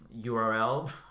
URL